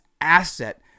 asset